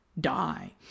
die